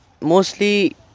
mostly